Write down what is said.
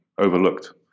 overlooked